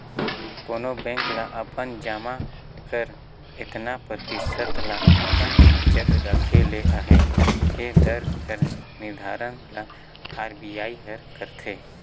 कोनो बेंक ल अपन जमा कर एतना परतिसत ल अपन जग राखे ले अहे ए दर कर निरधारन ल आर.बी.आई हर करथे